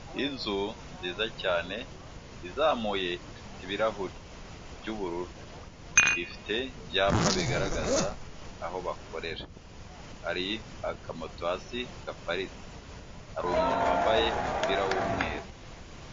Izu nziza cyane, izamuye ifite ibirahuri by'ubururu, ifite ibyapa bigaragaza aho bakorera, hari akamoto hasi gaparitse, hari umuntu wambaye umupira w'umweru.